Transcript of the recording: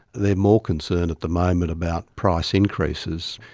they're more concerned at the moment about price increases.